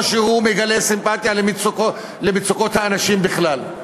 או שהוא מגלה סימפתיה למצוקות האנשים בכלל.